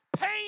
pain